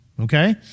Okay